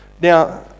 Now